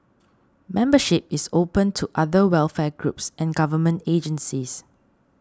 membership is open to other welfare groups and government agencies